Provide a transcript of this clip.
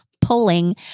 pulling